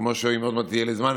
כמו שאם עוד מעט יהיה לי זמן,